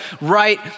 right